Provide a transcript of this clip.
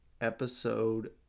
episode